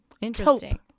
Interesting